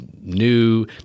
new